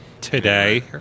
today